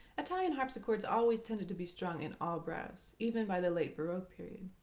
italian harpsichords always tended to be strung in all brass, even by the late baroque period,